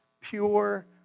pure